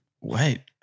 Wait